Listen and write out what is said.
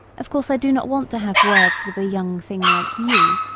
of course, i do not want to have words with a young thing like you.